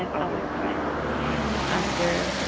and but other plans after,